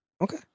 Okay